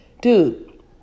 dude